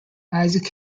isaac